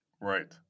Right